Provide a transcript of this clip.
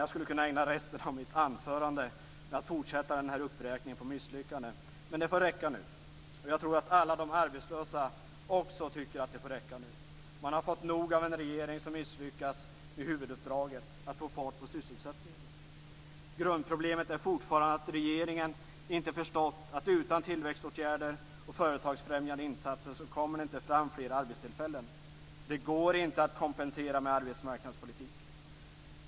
Jag skulle kunna ägna resten av mitt anförande åt en fortsatt uppräkning av misslyckanden, men det får räcka nu. Jag tror att också alla de arbetslösa tycker att det får räcka nu. De har fått nog av en regering som misslyckas med huvuduppdraget, att få fart på sysselsättningen. Grundproblemet är fortfarande att regeringen inte har förstått att utan tillväxtåtgärder och företagsfrämjande insatser kommer det inte fram fler arbetstillfällen. Det går inte att kompensera med arbetsmarknadspolitik.